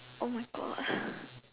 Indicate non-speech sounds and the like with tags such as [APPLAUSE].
oh my God [BREATH]